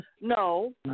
No